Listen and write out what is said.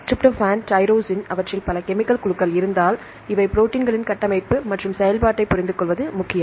tryptophan tyrosine அவற்றில் பல chemical குழுக்கள் இருந்தால்இவை ப்ரோடீன்களின் கட்டமைப்பு மற்றும் செயல்பாட்டைப் புரிந்து கொள்ள முக்கியம்